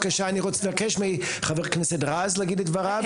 אני מבקש מחבר הכנסת רז לומר את דבריו.